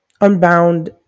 Unbound